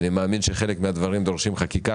אני מאמין שחלק מהדברים שם דורשים חקיקה,